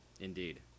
Indeed